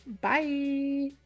Bye